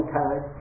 time